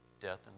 death